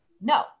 no